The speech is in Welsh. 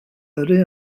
yrru